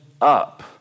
up